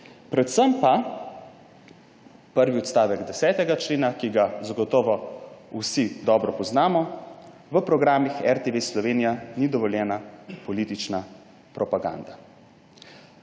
Predvsem pa prvi odstavek 10. člena, ki ga zagotovo vsi dobro poznamo, pravi, da v programih RTV Slovenija ni dovoljena politična propaganda.